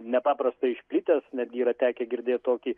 nepaprastai išplitęs netgi yra tekę girdėt tokį